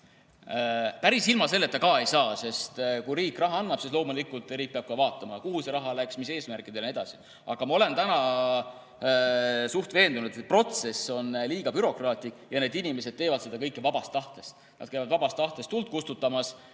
Päris ilma selleta ka ei saa, sest kui riik raha annab, siis loomulikult riik peab ka vaatama, kuhu see raha läks, mis eesmärkidel ja nii edasi. Aga ma olen üsna veendunud, et protsess on liiga bürokraatlik. Inimesed teevad seda kõike vabast tahtest – nad käivad vabast tahtest tuld kustutamas